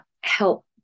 help